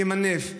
ימנף,